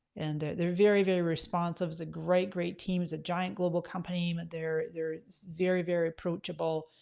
and they're very, very responsive, it's a great, great team, it's a giant global company, they're they're very, very approachable,